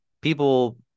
people